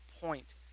point